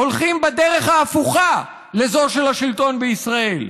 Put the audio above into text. הולכים בדרך ההפוכה לזו של השלטון בישראל: